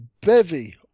bevy